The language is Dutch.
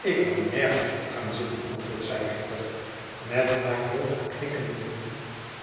ik wil nergens op gaan zitten antwoordt zij heftig met haar hoofd